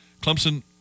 Clemson